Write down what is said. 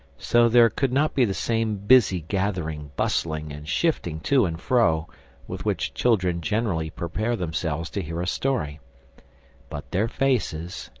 so there could not be the same busy gathering, bustling, and shifting to and fro with which children generally prepare themselves to hear a story but their faces,